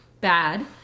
bad